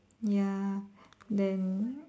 ya then